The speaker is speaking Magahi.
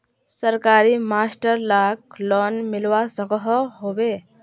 सरकारी मास्टर लाक लोन मिलवा सकोहो होबे?